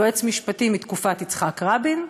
יועץ משפטי מתקופת יצחק רבין.